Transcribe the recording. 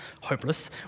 hopeless